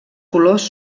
colors